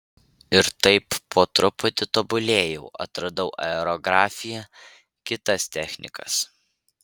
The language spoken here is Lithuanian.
ir taip po truputį tobulėjau atradau aerografiją kitas technikas